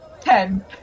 Ten